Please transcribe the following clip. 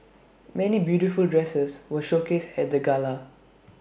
many beautiful dresses were showcased at the gala